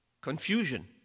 confusion